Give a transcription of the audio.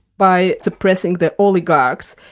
by suppressing the oligarchs,